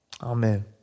Amen